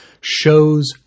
shows